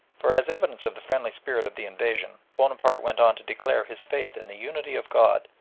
for, as evidence of the friendly spirit of the invasion, bonaparte went on to declare his faith in the unity of god,